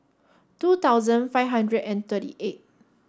two thousand five hundred and thirty eight